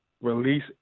release